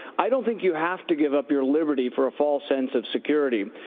i don't think you have to give up your liberty for a false sense of security.